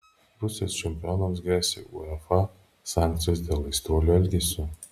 rusijos čempionams gresia uefa sankcijos dėl aistruolių elgesio